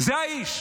זה האיש.